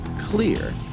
clear